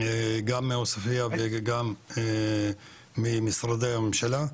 גם מעוספיה וגם ממשרדי הממשלה,